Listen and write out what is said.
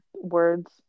words